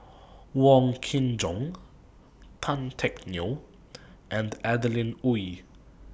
Wong Kin Jong Tan Teck Neo and Adeline Ooi